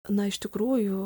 na iš tikrųjų